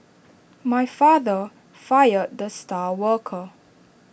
my father fired the star worker